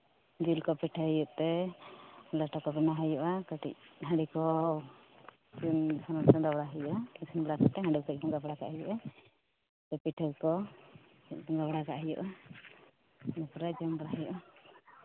ᱡᱤᱞ ᱠᱚ ᱯᱤᱴᱷᱟᱹᱭ ᱦᱩᱭᱩᱜ ᱛᱮ ᱞᱮᱴᱚ ᱠᱚ ᱵᱮᱱᱟᱣ ᱦᱩᱭᱩᱜᱼᱟ ᱠᱟᱹᱴᱤᱡ ᱦᱟᱺᱰᱤ ᱠᱚ ᱫᱚᱦᱚ ᱵᱟᱲᱟ ᱠᱟᱜ ᱦᱩᱭᱩᱜᱼᱟ ᱤᱥᱤᱱ ᱵᱟᱲᱟ ᱠᱟᱛᱮᱫ ᱦᱟᱺᱰᱤ ᱠᱚ ᱪᱚᱸᱫᱟ ᱵᱟᱲᱟ ᱠᱟᱜ ᱦᱩᱭᱩᱜᱼᱟ ᱥᱮ ᱯᱤᱴᱷᱟᱹ ᱠᱚ ᱪᱚᱸᱫᱟ ᱵᱟᱲᱟ ᱠᱟᱜ ᱦᱩᱭᱩᱜᱼᱟ ᱛᱟᱯᱚᱨᱮ ᱡᱚᱢ ᱵᱟᱲᱟᱭ ᱦᱩᱭᱩᱜᱼᱟ